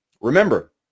Remember